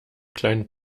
kleinen